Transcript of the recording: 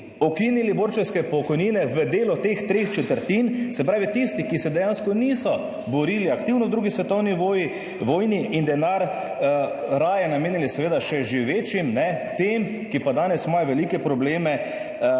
ukinili borčevske pokojnine v delu teh treh četrtin, se pravi tisti, ki se dejansko niso borili aktivno v 2. svetovni vojni in denar raje namenili seveda še živečim, ne, tem, ki pa danes imajo velike probleme